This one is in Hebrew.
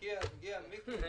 נגיע לזה.